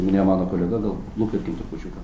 ne mano kolega gal luktelkim trupučiuką